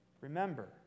remember